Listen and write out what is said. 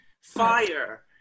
fire